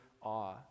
awe